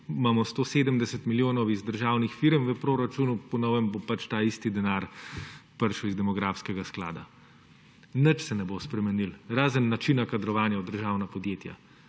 imamo 170 milijonov iz državnih firm v proračunu, po novem bo ta isti denar prišel iz demografskega sklada. Nič se ne bo spremenilo, razen načina kadrovanja v državna podjetja.